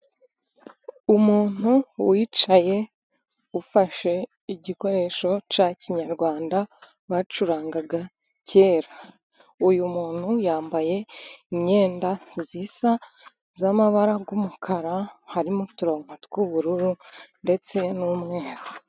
Umuntu wicaye ufashe igikoresho cya kinyarwanda bacurangaga kera . Uyu muntu yambaye imyenda isa , y'amabara y'umukara harimo uturongo tw'ubururu ndetse n'umweru.